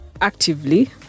actively